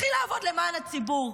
תתחיל לעבוד למען הציבור.